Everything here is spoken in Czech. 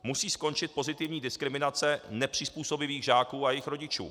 Musí skončit pozitivní diskriminace nepřizpůsobivých žáků a jejich rodičů.